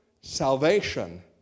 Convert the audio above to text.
salvation